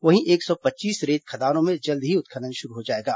वहीं एक सौ पच्चीस रेत खदानों में जल्द ही उत्खनन शुरू हो जाएगा